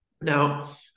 Now